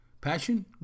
passion